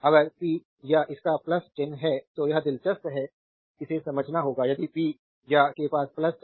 तो पी या voltage current